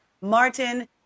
Martin